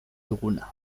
duguna